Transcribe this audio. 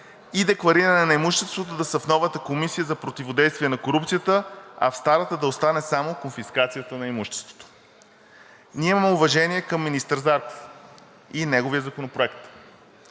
и деклариране на имуществото, да са в новата Комисия за противодействие на корупцията, а в старата да остане само конфискацията на имуществото. Ние имаме уважение към министър Зарков и неговия законопроект,